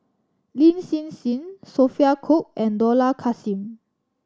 Lin Hsin Hsin Sophia Cooke and Dollah Kassim